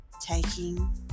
taking